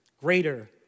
Greater